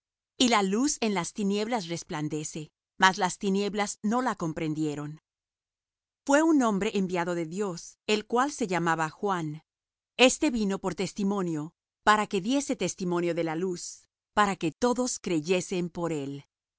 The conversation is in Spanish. y la luz en las tinieblas resplandece mas las tinieblas no la comprendieron fué un hombre enviado de dios el cual se llamaba juan este vino por testimonio para que diese testimonio de la luz para que todos creyesen por él